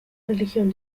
religión